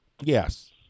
Yes